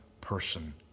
person